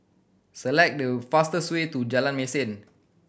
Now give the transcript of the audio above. select the fastest way to Jalan Mesin